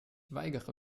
weigere